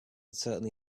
certainly